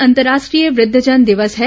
आज अंतर्राष्ट्रीय वृद्धजन दिवस है